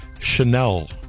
Chanel